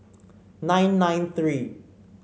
nine nine three